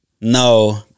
No